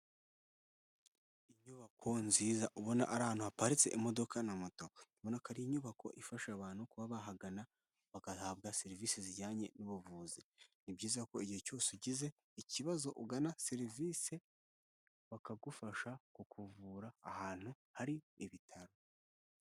Inyubako nziza ubona ari ahantu haparitse imodoka na moto, ubona ko ari inyubako ifasha abantu kuba bahagana bagahabwa serivisi zijyanye n'ubuvuzi, ni byiza ko igihe cyose ugize ikibazo ugana serivisi bakagufasha ku kukuvura ahantu hari ibitaro.